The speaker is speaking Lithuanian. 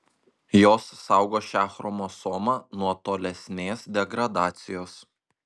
jos saugo šią chromosomą nuo tolesnės degradacijos